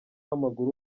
w’amaguru